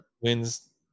wins